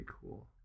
cool